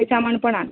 ते सामान पण